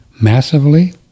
massively